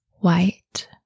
White